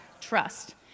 Trust